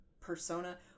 persona